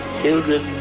children